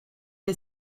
est